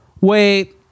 Wait